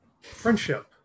friendship